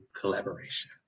collaboration